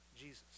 Jesus